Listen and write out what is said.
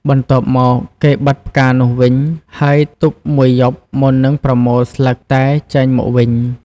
បន្ទាប់មកគេបិទផ្កានោះវិញ ហើយទុកមួយយប់មុននឹងប្រមូលស្លឹកតែចេញមកវិញ។